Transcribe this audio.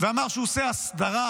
ואמר שהוא עושה "הסדרה"